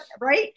right